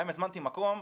גם אם הזמנתי מקום,